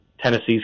Tennessee's